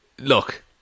Look